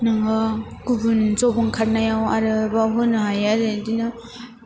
नोङो गुबुन जब ओंखारनायाव आरोबाव होनो हायो आरो इदिनो